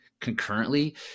concurrently